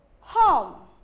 Home